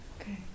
okay